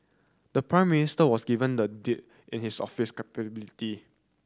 the Prime Minister was given the deed in his official capability